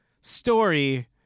story